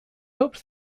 hoped